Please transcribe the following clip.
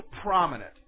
prominent